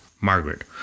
Margaret